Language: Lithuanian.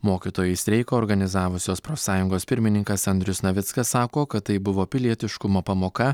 mokytojų streiką organizavusios profsąjungos pirmininkas andrius navickas sako kad tai buvo pilietiškumo pamoka